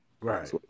Right